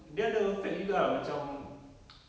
dia ada effect juga ah macam